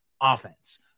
offense